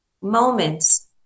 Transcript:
moments